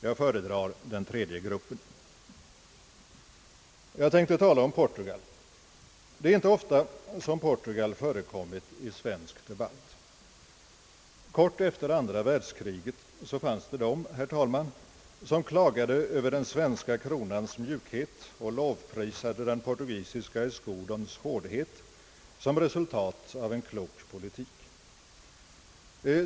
Jag föredrar den tredje gruppen. Jag tänkte nu tala om Portugal. Det är inte ofta som Portugal förekommit i svensk debatt. Kort efter andra världskriget fanns det de, herr talman, som klagade över den svenska kronans mjukhet och lovprisade den portugisiska escudons hårdhet som resultat av en klok politik.